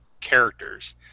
characters